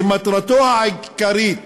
שמטרתו העיקרית